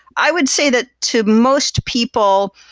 i would say that to most people,